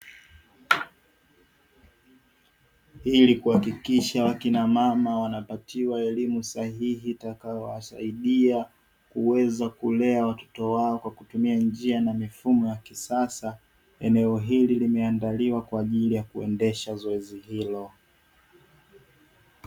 Ili kuhakikisha wakina mama wanapatiwa elimu sahihi; itakayowasaidia kuweza kulea watoto wao kwa kutumia njia na mifumo ya kisasa. Eneo hili limeandaliwa kwa ajili ya kuendesha zoezi hilo.